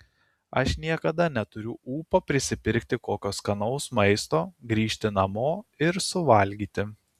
aš niekada neturiu ūpo prisipirkti kokio skanaus maisto grįžti namo ir suvalgyti